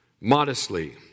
Modestly